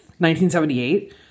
1978